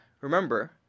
Remember